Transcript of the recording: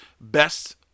best